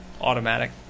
automatic